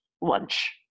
lunch